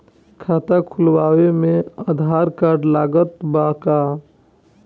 खाता खुलावे म आधार कार्ड लागत बा का?